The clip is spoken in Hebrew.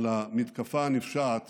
על המתקפה הנפשעת